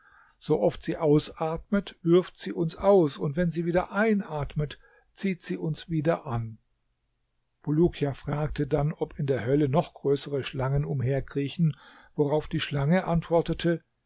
so oft sie ausatmet wirft sie uns aus und wenn sie wieder einatmet zieht sie uns wieder an bulukia fragte dann ob in der hölle noch größere schlangen umherkriechen worauf die schlange antwortete